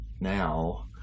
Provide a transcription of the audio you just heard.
now